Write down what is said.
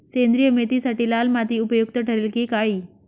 सेंद्रिय मेथीसाठी लाल माती उपयुक्त ठरेल कि काळी?